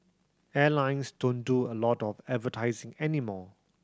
airlines don't do a lot of advertising anymore